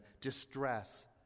distress